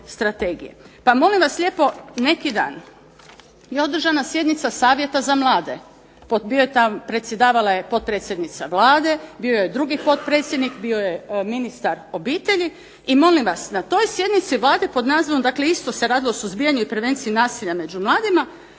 Pa molim vas lijepo, neki dan je održana sjednica Savjeta za mlade. Predsjedavala je potpredsjednica Vlade, bio je drugi potpredsjednik, bio je ministar obitelji i molim vas na toj sjednici Vlade pod nazivom, dakle isto se radilo o suzbijanju i prevenciji nasilja među mladima,